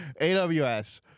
AWS